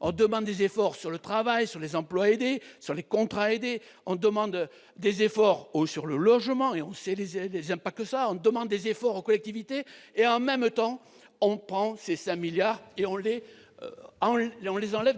on demande des efforts sur le travail, sur les emplois aidés, sur les contrats aidés ; on demande des efforts sur le logement et on sait l'impact que cela aura ; on demande des efforts aux collectivités. En même temps, on enlève ces 5 milliards d'euros des